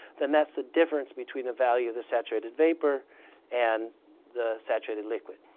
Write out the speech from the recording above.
then that's the difference between the value of the saturated vapor and the saturated liquid.